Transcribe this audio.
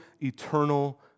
eternal